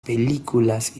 películas